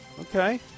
Okay